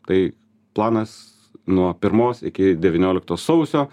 tai planas nuo pirmos iki devynioliktos sausio